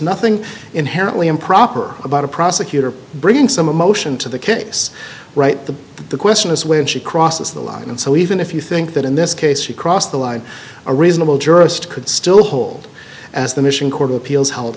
nothing inherently improper about a prosecutor bringing some emotion to the case right the the question is when she crosses the line and so even if you think that in this case she crossed the line a reasonable jurist could still hold as the mission court of appeals h